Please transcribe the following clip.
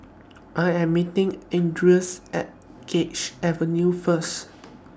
I Am meeting Andres At Ganges Avenue First